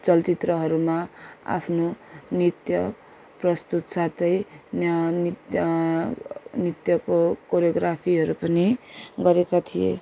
चलचित्रहरूमा आफ्नो नृत्य प्रस्तुत साथै न्य नृत्य नृत्यको कोरियोग्राफीहरू पनि गरेका थिए